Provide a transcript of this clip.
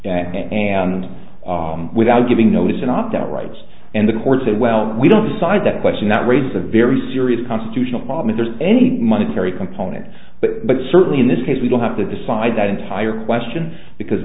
relief and and without giving notice and not that rights and the court said well we don't decide that question that raises a very serious constitutional problem if there's any monetary component but but certainly in this case we will have to decide that entire question because